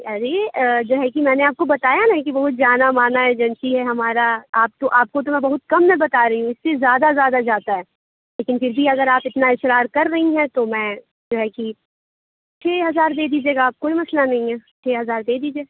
ارے جیسے کہ میں نے آپ کو بتایا نہ کہ بہت جانا مانا ایجنسی ہے ہمارا آپ کو آپ کو تو میں بہت کم میں بتا رہی ہوں اِس سے زیادہ زیادہ جاتا ہے لیکن پھر بھی آپ اگر اتنا اِسرار کر رہی ہیں تو میں جو ہے کہ چھ ہزار دے دیجیے گا آپ کوئی مسئلہ نہیں ہے چھ ہزار دے دیجیے